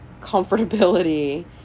comfortability